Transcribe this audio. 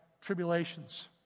tribulations